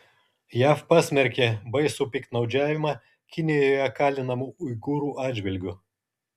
jav pasmerkė baisų piktnaudžiavimą kinijoje kalinamų uigūrų atžvilgiu